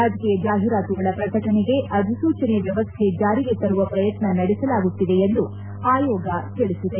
ರಾಜಕೀಯ ಜಾಹೀರಾತುಗಳ ಪ್ರಕಟಣೆಗೆ ಅಧಿಸೂಚನೆ ವ್ಯವಸ್ಥೆ ಜಾರಿಗೆ ತರುವ ಪ್ರಯತ್ನ ನಡೆಸಲಾಗುತ್ತಿದೆ ಎಂದು ಆಯೋಗ ತಿಳಿಸಿದೆ